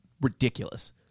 Ridiculous